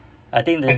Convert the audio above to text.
I think the